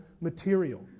material